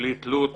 בלי תלות,